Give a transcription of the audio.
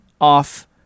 off